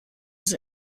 sie